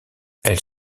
elle